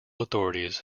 authorities